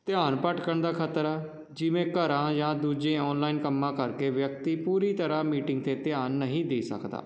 ਧਿਆਨ ਭਟਕਣ ਦਾ ਖ਼ਤਰਾ ਜਿਵੇਂ ਘਰਾਂ ਜਾਂ ਦੂਜੇ ਆਨਲਾਈਨ ਕੰਮਾਂ ਕਰਕੇ ਵਿਅਕਤੀ ਪੂਰੀ ਤਰ੍ਹਾਂ ਮੀਟਿੰਗ 'ਤੇ ਧਿਆਨ ਨਹੀਂ ਦੇ ਸਕਦਾ